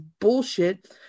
bullshit